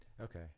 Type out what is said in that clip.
okay